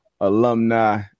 alumni